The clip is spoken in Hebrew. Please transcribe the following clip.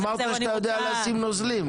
אמרת שאתה יודע לשים נוזלים.